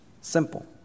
simple